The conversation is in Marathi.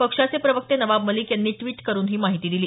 पक्षाचे प्रवक्ते नवाब मलिक यांनी ड्वीट करून ही माहिती दिली